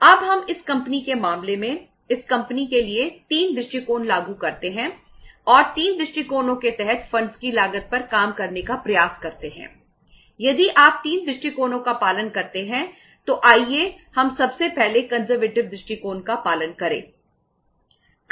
अब हम इस कंपनी दृष्टिकोण का पालन करें